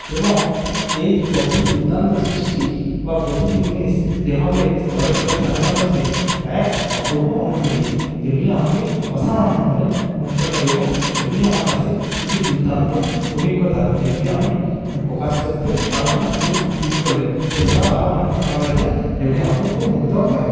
এবং এই প্রকৃতির দুর্দান্ত সৃষ্টি বা প্রতিটি জিনিস যেভাবে স্তরে স্তরে সাজানো রয়েছে তা এক অপূর্ব অনুভূতি যেগুলি আমাকে অসামান্যভাবে মুগ্ধ করে এবং এগুলি আমার কাছে একটি দুর্দান্ত অভিজ্ঞতা যেগুলি আমি প্রকাশ করতে পারবো না শুধু বলে এছাড়াও আরো অনেক ঘটনা রয়েছে যেগুলি আমাকে খুব মুগ্ধ করে